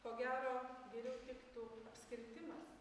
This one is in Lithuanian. ko gero geriau tiktų apskritimas